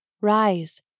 rise